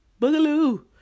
Boogaloo